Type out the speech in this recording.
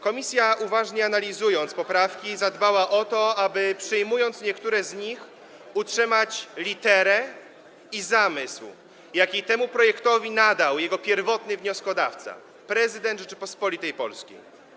Komisja, uważnie analizując poprawki, zadbała o to, aby przyjmując niektóre z nich, utrzymać literę i zamysł, jaki temu projektowi nadał jego pierwotny wnioskodawca - prezydent Rzeczypospolitej Polskiej.